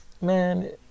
Man